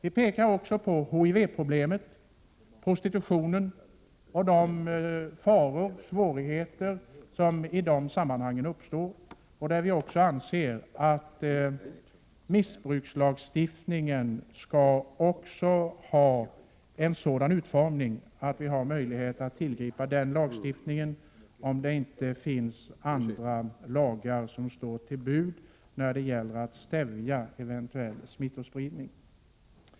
Vi pekar på HIV-problemet, prostitutionen och de faror och svårigheter som uppstår i det sammanhanget. Vi anser att missbrukslagstiftningen bör få en sådan utformning att vi har möjlighet att tillgripa denna lagstiftning om det inte finns andra lagar som står till buds när det gäller att stävja eventuell smittospridning.